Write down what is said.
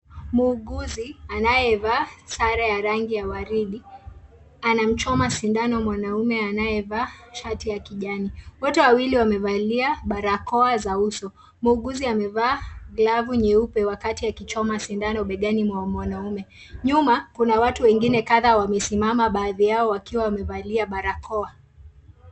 Muguzi anayevaa sare ya rangi ya waridi, anamchoma sindano mwanaume, anayevaa shati ya kijani. Wote wawili wamevalia barakoa za uso. Muuguzi amevaa glavu nyeupe wakati akichoma sindano begani mwa mwanaume. Nyuma, kuna watu wengine katha wamesimama baathi yao wakiwa wamevalia barakoa.